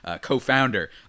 co-founder